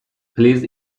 please